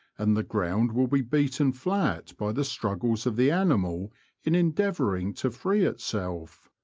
and the ground will be beaten flat by the struggles of the animal in endeavouring to free itself.